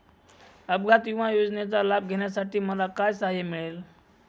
अपघात विमा योजनेचा लाभ घेण्यासाठी मला काय सहाय्य मिळेल?